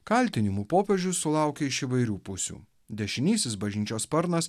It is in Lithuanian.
kaltinimų popiežius sulaukė iš įvairių pusių dešinysis bažnyčios sparnas